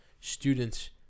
students